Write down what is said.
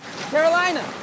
Carolina